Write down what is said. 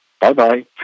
bye-bye